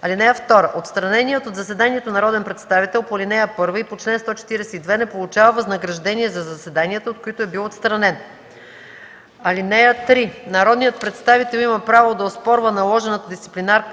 ал. 3. (2) Отстраненият от заседанието народен представител по ал. 1 и по чл. 142 не получава възнаграждение за заседанията, от които е бил отстранен. (3) Народният представител има право да оспорва наложената дисциплинарна